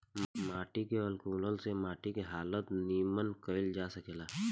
माटी के अनुकूलक से माटी के हालत निमन कईल जा सकेता